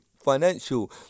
financial